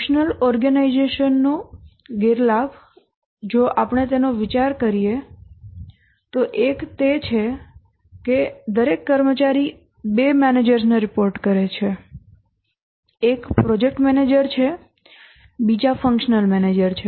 functional organisation નો ગેરલાભ જો આપણે તેનો વિચાર કરીએ તો એક તે છે કે દરેક કર્મચારી બે મેનેજરોને રિપોર્ટ કરે છે એક પ્રોજેકટ મેનેજર છે બીજા ફંક્શનલ મેનેજર છે